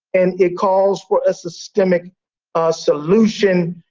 and it calls for a systemic ah solution.